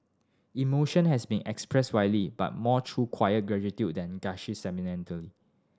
emotion has been expressed widely but more through quiet gratitude than gushy sentimentality